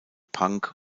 punk